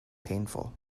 painful